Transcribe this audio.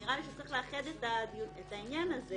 נראה לי שצריך לאחד את העניין הזה